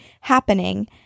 happening